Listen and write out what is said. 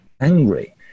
angry